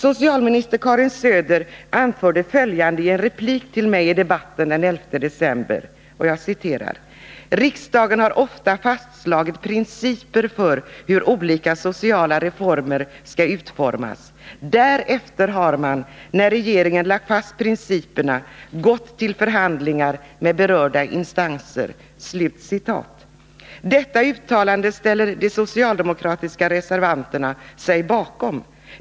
Socialminister Karin Söder anförde följande i en replik till mig i debatten den 11 december: ”Däremot har riksdagen ofta fastlagt principer för hur olika sociala reformer skall utformas. Därefter har man — när riksdagen lagt fast principerna — gått till förhandlingar med berörda instanser.” Detta uttalande ställer de socialdemokratiska reservanterna sig bakom.